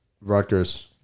Rutgers